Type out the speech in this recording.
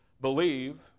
believe